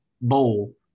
bowl